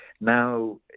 Now